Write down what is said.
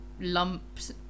lumps